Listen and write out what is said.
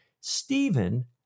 Stephen